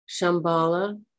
Shambhala